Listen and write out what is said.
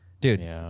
Dude